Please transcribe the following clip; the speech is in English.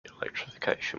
electrification